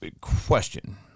question